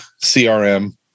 CRM